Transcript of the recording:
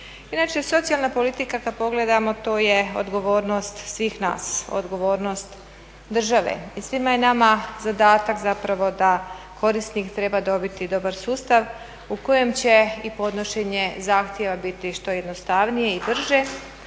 Inače socijalna politika kad pogledamo to je odgovornost svih nas, odgovornost države i svima je nama zadatak zapravo da korisnik treba dobiti dobar sustav u kojem će i podnošenje zahtjeva biti što jednostavnije i brže,